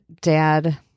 dad